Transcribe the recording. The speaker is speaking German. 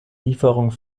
lieferung